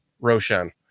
Roshan